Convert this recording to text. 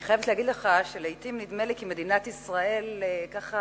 אני חייבת להגיד לך שלעתים נדמה לי כי מדינת ישראל לוקה